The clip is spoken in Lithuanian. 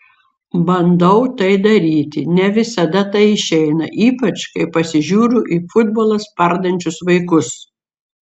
bandau tai daryti ne visada tai išeina ypač kai pasižiūriu į futbolą spardančius vaikus